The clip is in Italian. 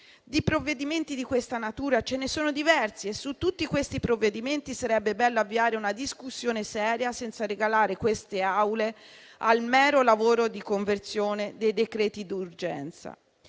Di provvedimenti di questa natura ce ne sono diversi e su tutti sarebbe bello avviare una discussione seria, senza relegare queste Aule al mero lavoro di conversione dei decreti-legge d'urgenza.